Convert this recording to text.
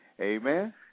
Amen